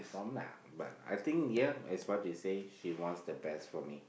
from lah but I think ya as what they say she wants the best for me